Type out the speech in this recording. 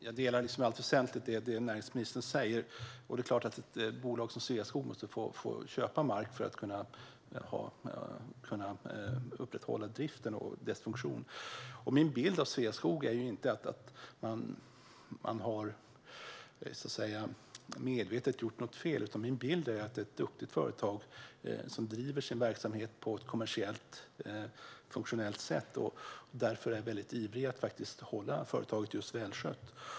Fru talman! Jag delar i allt väsentligt det som näringsministern säger. Det är klart att ett bolag som Sveaskog måste få köpa mark för att kunna upprätthålla driften och bolagets funktion. Min bild av Sveaskog är inte att man medvetet har gjort fel, utan min bild är att det är ett duktigt företag som driver sin verksamhet på ett kommersiellt och funktionellt sätt, och därför är man ivrig att hålla företaget just välskött.